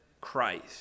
Christ